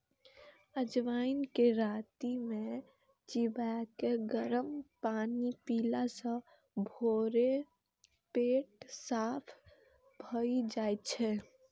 अजवाइन कें राति मे चिबाके गरम पानि पीला सं भोरे पेट साफ भए जाइ छै